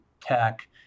tech